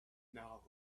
now